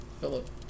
Philip